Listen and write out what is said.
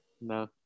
No